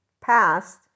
past